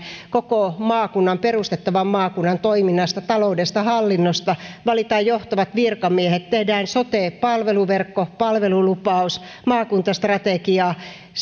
koko perustettavan maakunnan toiminnasta taloudesta hallinnosta valitaan johtavat virkamiehet tehdään sote palveluverkko palvelulupaus maakuntastrategia